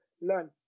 learn